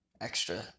extra